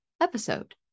episode